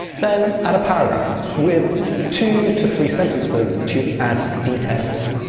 then add a paragraph with two to three sentences to add details.